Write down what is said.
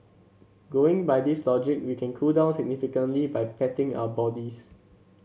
going by this logic we can cool down significantly by patting our bodies